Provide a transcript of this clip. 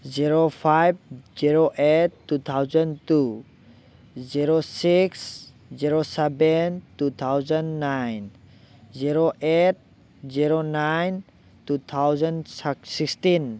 zero five zero eight two thousand two zero six zero seven two thousand nine zero eight zero nine two thousand sixteen